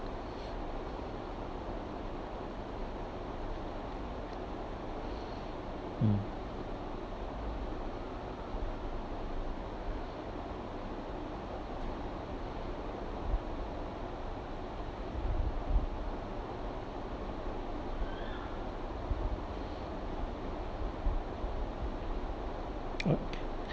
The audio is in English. mm oh